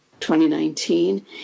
2019